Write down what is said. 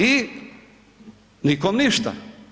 I nikom ništa.